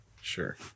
Sure